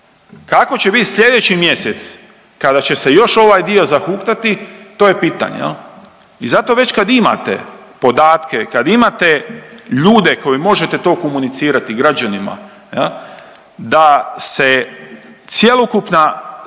Kako će biti slijedeći mjesec kada će se još ovaj dio zahuktati to je pitanje jel. I zato već kad imate podatke, kad imate ljude koje možete to komunicirati građanima jel da se cjelokupna